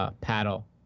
paddle